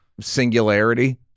singularity